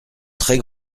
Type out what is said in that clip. très